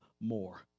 more